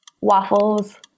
waffles